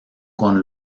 con